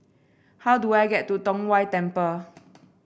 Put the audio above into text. how do I get to Tong Whye Temple